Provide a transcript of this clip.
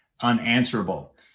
unanswerable